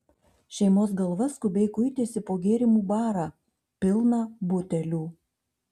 šeimos galva skubiai kuitėsi po gėrimų barą pilną butelių